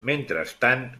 mentrestant